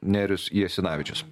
nerijus jasinavičius